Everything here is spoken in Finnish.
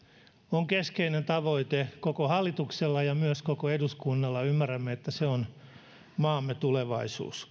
on keskeinen tavoite koko hallituksella ja myös koko eduskunnalla ymmärrämme että korkea työllisyysaste on maamme tulevaisuus